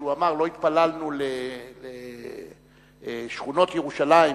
כשהוא אמר: לא התפללנו לשכונות ירושלים,